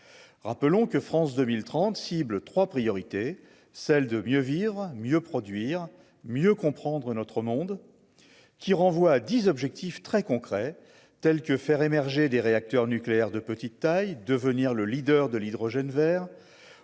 rappelons que France 2030 cibles 3 priorités : celle de mieux vivre mieux produire, mieux comprendre notre monde qui renvoie à dix objectifs très concrets tels que faire émerger des réacteurs nucléaires de petite taille, devenir le leader de l'hydrogène, Vert